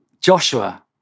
Joshua